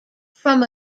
from